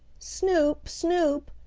snoop! snoop!